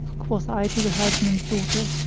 quoth i to the herdsman's daughter,